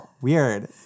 weird